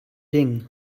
ding